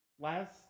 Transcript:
last